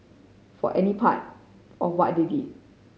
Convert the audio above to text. for any part of what they did